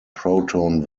proton